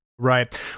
right